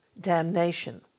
damnation